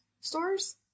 stores